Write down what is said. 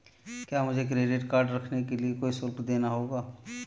क्या मुझे credit card रखने के लिए कोई शुल्क देना होगा?